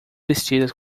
vestidas